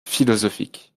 philosophiques